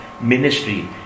ministry